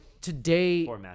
today